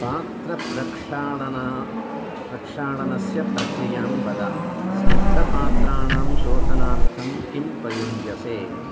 पात्रप्रक्षालनं प्रक्षालनस्य प्रक्रियां वद स्निग्धपात्राणां शोधनार्थं किं प्रयुञ्जसे